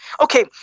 okay